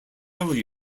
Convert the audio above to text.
several